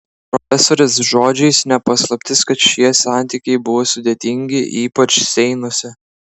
profesorės žodžiais ne paslaptis kad šie santykiai buvo sudėtingi ypač seinuose